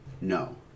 No